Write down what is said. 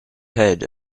head